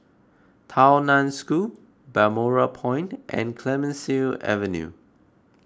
Tao Nan School Balmoral Point and Clemenceau Avenue